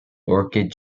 orchid